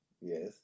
Yes